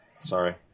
Sorry